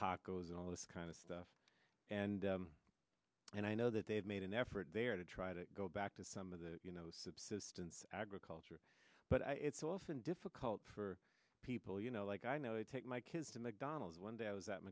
tacos and all this kind of stuff and and i know that they have made an effort there to try to go back to some of the you know subsistence agriculture but it's often difficult for people you know like i know i take my kids to mcdonald's one day i was at